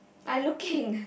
I looking